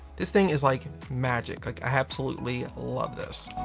this thing is like magic, like, i absolutely love this.